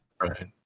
Right